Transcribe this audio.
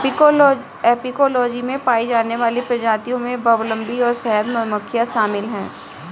apicology में पाई जाने वाली प्रजातियों में बंबलबी और शहद मधुमक्खियां शामिल हैं